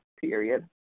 Period